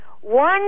one